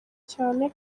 cyane